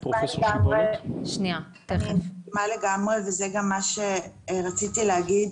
אני מסכימה לגמרי, וזה גם מה שרציתי להגיד.